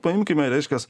paimkime reiškias